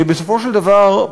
בסופו של דבר,